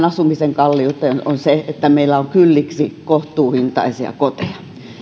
asumisen kalleuteen on se että meillä on kylliksi kohtuuhintaisia koteja